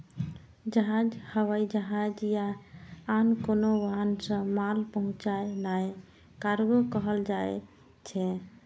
जहाज, हवाई जहाज या आन कोनो वाहन सं माल पहुंचेनाय कार्गो कहल जाइ छै